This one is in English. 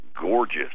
gorgeous